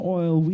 oil